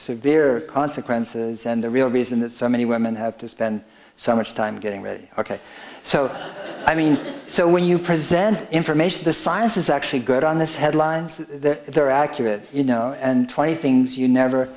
severe consequences and the real reason that so many women have to spend so much time getting ready ok so i mean so when you present information the science is actually good on this headlines that they're accurate you know and twenty things you